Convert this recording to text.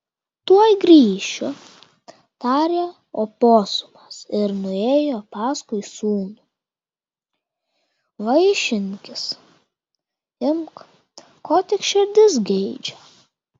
tuoj grįšiu tarė oposumas ir nuėjo paskui sūnų vaišinkis imk ko tik širdis geidžia